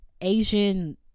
asian